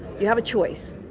you have a choice.